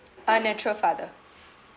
uh natural father